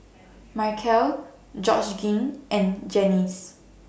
Michale Georgeann and Janyce